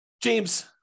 James